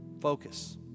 focus